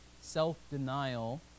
self-denial